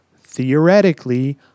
theoretically